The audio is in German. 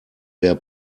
der